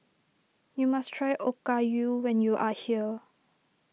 you must try Okayu when you are here